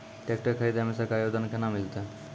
Tractor खरीदै मे सरकारी अनुदान केना मिलतै?